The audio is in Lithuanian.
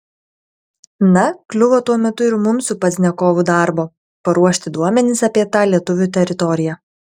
na kliuvo tuo metu ir mums su pozdniakovu darbo paruošti duomenis apie tą lietuvių teritoriją